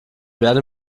werde